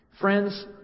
Friends